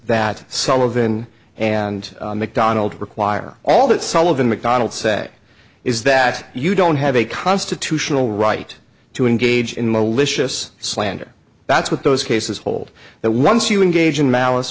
that sullivan and mcdonald require all that sullivan mcdonald say is that you don't have a constitutional right to engage in malicious slander that's what those cases hold that once you engage in malice